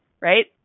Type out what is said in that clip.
Right